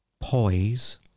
poise